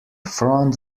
front